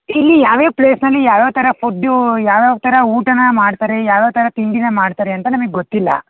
ಇಲ್ಲಿ ಯಾವ್ಯಾವ ಪ್ಲೇಸ್ನಲ್ಲಿ ಯಾವ್ಯಾವ ಥರ ಫುಡ್ಡು ಯಾವ್ಯಾವ ಥರ ಊಟನ ಮಾಡ್ತಾರೆ ಯಾವ್ಯಾವ ಥರ ತಿಂಡಿನ ಮಾಡ್ತಾರೆ ಅಂತ ನಮಗ್ ಗೊತ್ತಿಲ್ಲ